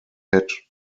head